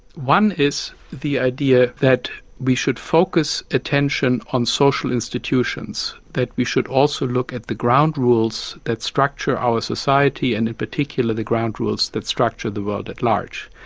one is the idea that we should focus attention on social institutions that we should also look at the ground rules that structure our society and in particular the ground rules that structure the world at large.